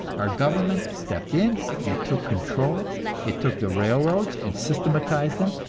our government stepped in and took control it took the railroads and systematized them,